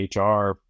HR